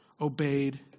obeyed